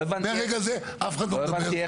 מרגע זה אף אחד לא מדבר.